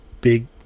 big